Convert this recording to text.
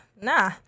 nah